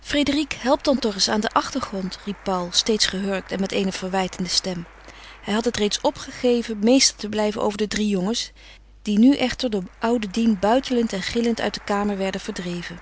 frédérique help dan toch eens aan den achtergrond riep paul steeds gehurkt en met eene verwijtende stem hij had het reeds opgegeven meester te blijven over de drie jongens die nu echter door oude dien buitelend en gillend uit de kamer werden verdreven